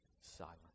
silent